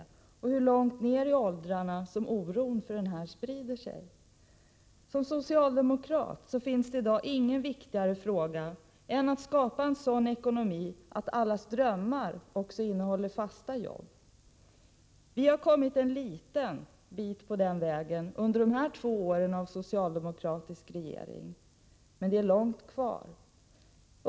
Det visar också hur långt ned i åldrarna oron sprider sig. För en socialdemokrat finns det i dag ingen viktigare fråga än att skapa en sådan ekonomi att allas drömmar innehåller också fasta jobb. Vi har kommit en liten bit på den vägen under de här två åren av socialdemokratiskt regeringsinnehav, men det är långt kvar.